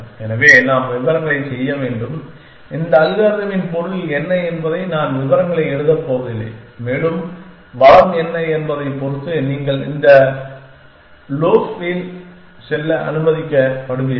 எனவே நாம் விவரங்களைச் செய்ய வேண்டும் இந்த அல்காரிதமின் பொருள் என்ன என்பதை நான் விவரங்களை எழுதப் போவதில்லை மேலும் வளம் என்ன என்பதைப் பொறுத்து நீங்கள் இந்த லோஃப் ல் செல்ல அனுமதிக்கப்படுவீர்கள்